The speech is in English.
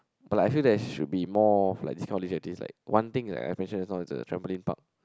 but like I feel there should be more like these kind of leisure activities like one thing like I mention just now is a trampoline park